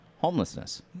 homelessness